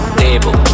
table